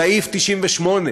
סעיף 98,